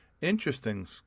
Interesting